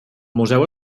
museu